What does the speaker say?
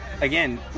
again